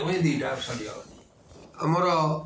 ଏମିତି ଦୁଇଟା ଆମର